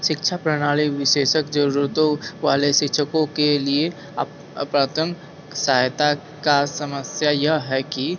शिक्षा प्रणाली विशेष जरूरतों वाले शिक्षकों के लिए अपर्याप्त सहायता का समस्या यह है कि